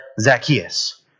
Zacchaeus